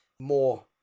more